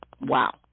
Wow